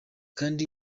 kandi